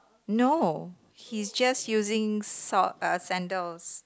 no he's just using sock uh sandals